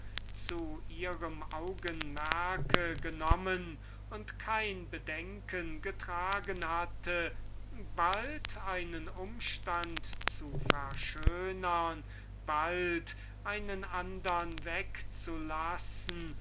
zu ihrem augenmerk genommen und sich kein bedenken gemacht bald einen umstand zu verschönern bald einen andern gar wegzulassen